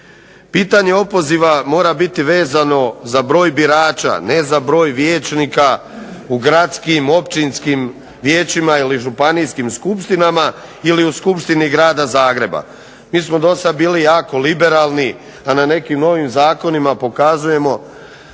Pitanje opoziva mora biti vezano za broj birača ne za broj vijećnika u gradskim, općinskim vijećima ili županijskim skupštinama ili u Skupštini Grada Zagreba. Mi smo do sada bili dosta jako liberalni a na nekim novim zakonima na